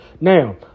Now